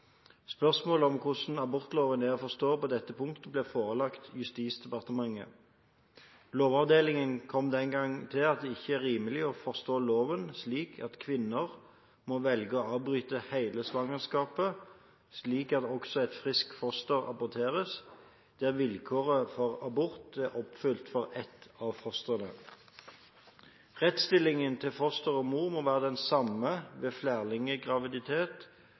Spørsmålet om hvordan abortloven er å forstå på dette punktet, ble forelagt Justisdepartementet. Lovavdelingen kom den gang til at det ikke er rimelig å forstå loven slik at kvinnen må velge å avbryte hele svangerskapet slik at også et friskt foster aborteres, der vilkårene for abort er oppfylt for ett av fostrene. Rettsstillingen til fosteret og mor må være den samme ved flerlinggraviditet som ved graviditet